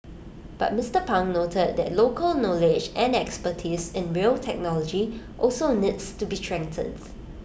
but Mister pang noted that local knowledge and expertise in rail technology also needs to be strengthened